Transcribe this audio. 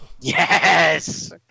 Yes